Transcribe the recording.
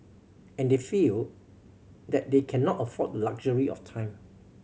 and they feel that they cannot afford the luxury of time